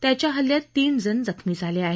त्याच्या हल्ल्यात तीन जण जखमी झाले आहेत